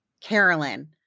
Carolyn